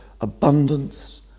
abundance